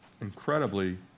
incredibly